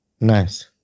nice